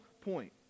point